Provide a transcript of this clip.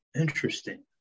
Interesting